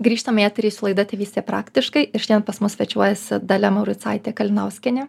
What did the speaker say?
grįžtam į eterį su laida tėvystė praktiškai ir šiandien pas mus svečiuojasi dalia mauricaitė kalinauskienė